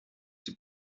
die